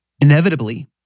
Inevitably